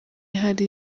hari